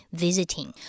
visiting